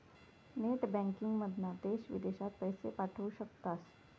net बँकिंगमधना देश विदेशात पैशे पाठवू शकतास